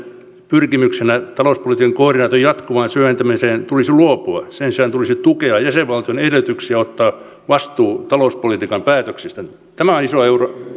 pyrkimyksestä talouspolitiikan koordinaation jatkuvaan syventämiseen tulisi luopua sen sijaan tulisi tukea jäsenvaltioiden edellytyksiä ottaa vastuu talouspolitiikan päätöksistä tämä on